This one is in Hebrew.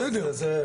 בסדר.